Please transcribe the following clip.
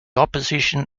opposition